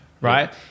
right